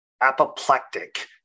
apoplectic